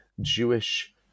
Jewish